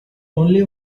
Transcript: only